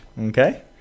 Okay